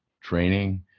training